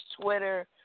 Twitter